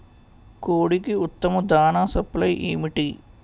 కోడికి ఉత్తమ దాణ సప్లై ఏమిటి?